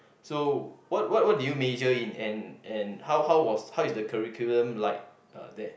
so what what what did you major in and and how how was how is the curriculum like uh there